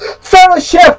fellowship